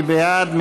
מי בעד?